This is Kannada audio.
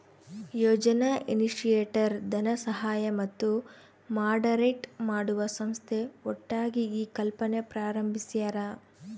ಯೋಜನಾ ಇನಿಶಿಯೇಟರ್ ಧನಸಹಾಯ ಮತ್ತು ಮಾಡರೇಟ್ ಮಾಡುವ ಸಂಸ್ಥೆ ಒಟ್ಟಾಗಿ ಈ ಕಲ್ಪನೆ ಪ್ರಾರಂಬಿಸ್ಯರ